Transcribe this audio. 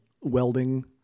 welding